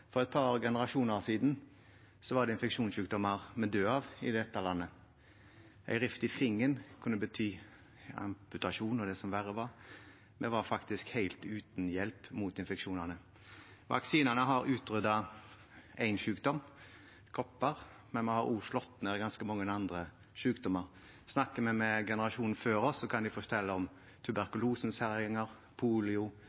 For et par generasjoner siden var det infeksjonssykdommer en kunne dø av, i dette landet. En rift i fingeren kunne bety amputasjon og det som verre var. Vi var faktisk helt uten hjelp mot infeksjonene. Vaksinene har utryddet én sykdom, kopper, men vi har også slått ned ganske mange andre sykdommer. Snakker vi med generasjonen før oss, kan de fortelle om